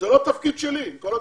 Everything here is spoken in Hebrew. זה לא התפקיד שלי, עם כל הכבוד.